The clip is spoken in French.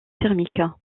thermique